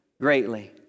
greatly